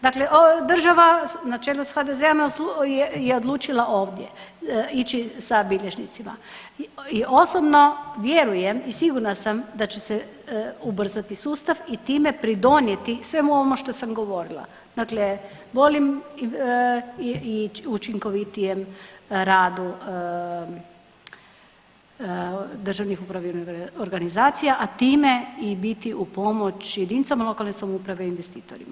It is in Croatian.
Dakle, država na čelu sa HDZ-om je odlučila ovdje ići sa bilježnicima i osobno vjerujem i sigurna sam da će se ubrzati sustav i time pridonijeti svemu onome što sam govorila, dakle boljem i učinkovitijem radu državnih upravnih organizacija, a time biti u pomoć jedinicama lokalne samouprave i investitorima.